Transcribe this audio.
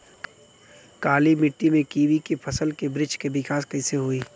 काली मिट्टी में कीवी के फल के बृछ के विकास कइसे होई?